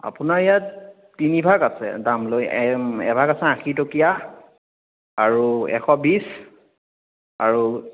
আপোনাৰ ইয়াত তিনিভাগ আছে দামলৈ এভাগ আছে আশী টকীয়া আৰু এশ বিশ আৰু